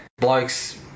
Blokes